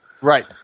Right